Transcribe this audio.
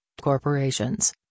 corporations